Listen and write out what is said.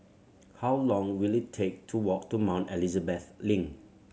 how long will it take to walk to Mount Elizabeth Link